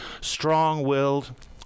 strong-willed